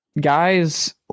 Guys